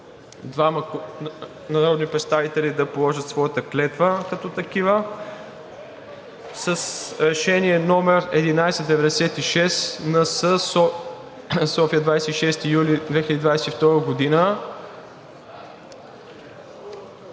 двама народни представители да положат своята клетва като такива. С Решение № 1196-НС, София, 26 юли 2022 г. на